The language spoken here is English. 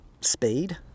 speed